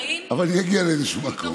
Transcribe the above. אבל אני אגיע לאיזה מקום.